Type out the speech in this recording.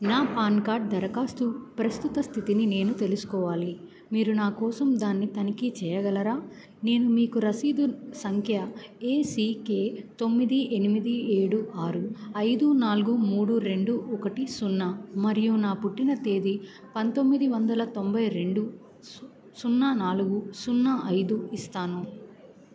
నా PAN card దరఖాస్తు ప్రస్తుత స్థితిని నేను తెలుసుకోవాలి మీరు నా కోసం దాన్ని తనిఖీ చేయగలరా నేను మీకు రసీదు సంఖ్య ఏ సీ కే తొమ్మిది ఎనిమిది ఏడు ఆరు ఐదు నాలుగు మూడు రెండు ఒకటి సున్నా మరియు నా పుట్టిన తేదీ పంతొమ్మిది వందల తొంభై రెండు సున్నా నాలుగు సున్నా ఐదు ఇస్తాను